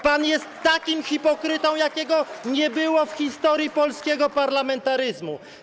Pan jest takim hipokrytą, jakiego nie było w historii polskiego parlamentaryzmu.